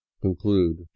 conclude